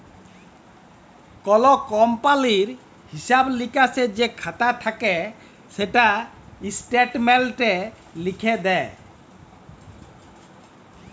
call কমপালির হিঁসাব লিকাসের যে খাতা থ্যাকে সেটা ইস্ট্যাটমেল্টে লিখ্যে দেয়